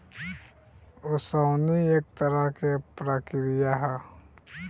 ओसवनी एक तरह के प्रक्रिया ह